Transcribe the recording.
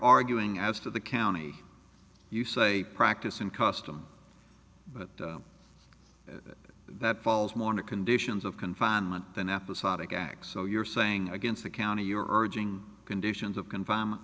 arguing as to the county you say practice and custom but that falls mourner conditions of confinement than episodic acts so you're saying against the county you're urging conditions of confinement